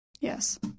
Yes